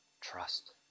trust